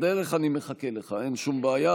בדרך, אני מחכה לך, אין שום בעיה.